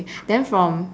okay then from